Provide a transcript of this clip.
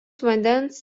vandens